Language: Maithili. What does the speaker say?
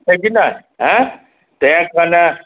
छै कि नहि ऐं तैँ कनि